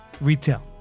retail